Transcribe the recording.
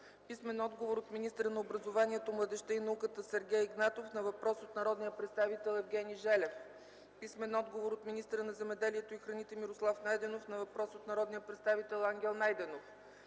Курумбашев; - от министъра на образованието, младежта и науката Сергей Игнатов на въпрос от народния представител Евгений Желев; - от министъра на земеделието и храните Мирослав Найденов на въпрос от народния представител Ангел Найденов;